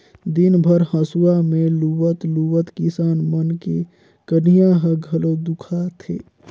दिन भर हंसुआ में लुवत लुवत किसान मन के कनिहा ह घलो दुखा थे